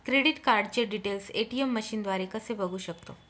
Credit कार्डचे details ATM मशीनद्वारे कसे बघू शकतो?